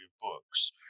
books